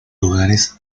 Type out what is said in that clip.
lugares